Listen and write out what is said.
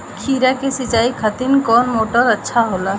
खीरा के सिचाई खातिर कौन मोटर अच्छा होला?